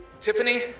Tiffany